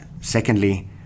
Secondly